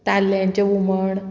ताल्ल्यांचें हुमण